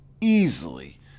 easily